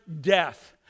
death